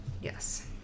Yes